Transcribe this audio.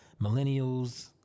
millennials